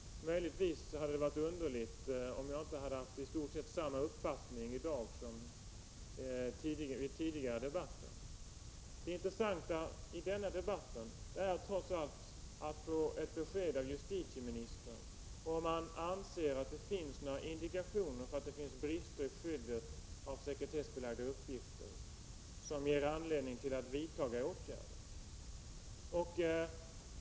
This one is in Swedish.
Möjligen hade det varit underligt om jag inte hade haft i stort sett samma uppfattning i dag som i tidigare debatter. Det intressanta i denna debatt är trots allt att få ett besked av justitieministern om han anser att det finns några indikationer på brister i skyddet av sekretessbelagda uppgifter som ger anledning till att vidta åtgärder.